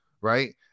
Right